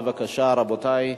בבקשה, רבותי,